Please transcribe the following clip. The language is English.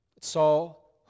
Saul